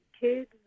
kids